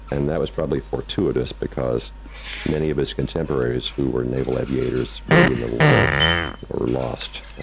and that was probably fortuitous because many of his contemporaries who were naval aviators early in the war are lost,